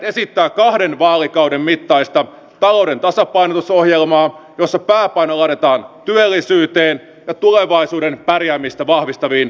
vihreät esittää kahden vaalikauden mittaista talouden tasapainotusohjelmaa jossa pääpaino laitetaan työllisyyteen ja tulevaisuuden pärjäämistä vahvistaviin uudistuksiin